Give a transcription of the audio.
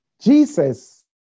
Jesus